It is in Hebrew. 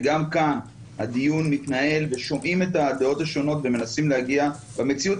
וגם כאן הדיון מתנהל ושומעים את הדעות השונות ומנסים להגיע במציאות